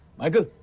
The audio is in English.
michael,